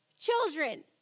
children